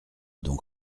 donc